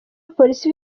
polisi